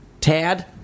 Tad